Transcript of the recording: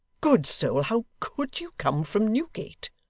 good soul, how could you come from newgate